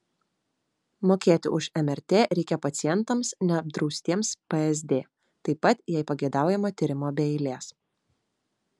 mokėti už mrt reikia pacientams neapdraustiems psd taip pat jei pageidaujama tyrimo be eilės